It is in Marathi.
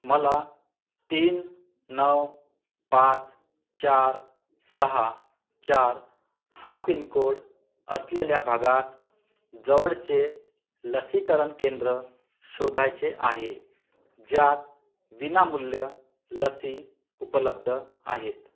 मला तीन नऊ पाच चार सहा चार हा पिनकोड असलेल्या भागात जवळचे लसीकरण केंद्र शोधायचे आहे ज्यात विनामूल्य लसी उपलब्ध आहेत